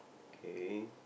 K